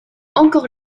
encore